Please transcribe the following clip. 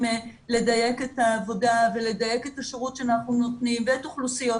לדייק את העבודה ולדייק את השירות שאנחנו נותנים ואת אוכלוסיות